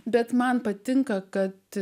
bet man patinka kad